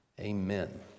Amen